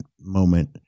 moment